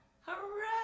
Hooray